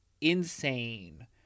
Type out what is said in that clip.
insane